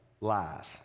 lies